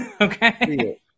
Okay